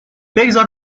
بگذار